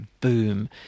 boom